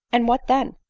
and what then?